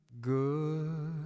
good